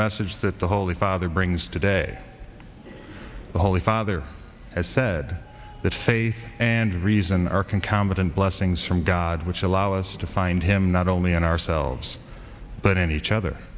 message that the holy father brings today the holy father has said that faith and reason are can count and blessings from god which allow us to find him not only in ourselves but in each other